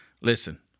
Listen